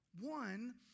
one